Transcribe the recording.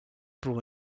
pour